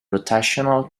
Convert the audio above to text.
rotational